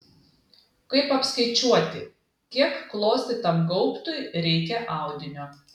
kaip apskaičiuoti kiek klostytam gaubtui reikia audinio